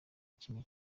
kimwe